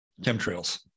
Chemtrails